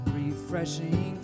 refreshing